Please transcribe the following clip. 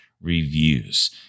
reviews